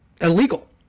illegal